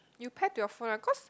you pair to your phone ah cause